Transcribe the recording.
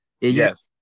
Yes